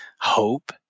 hope